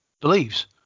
believes